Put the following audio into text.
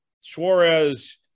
Suarez